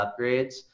upgrades